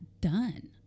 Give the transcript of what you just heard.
done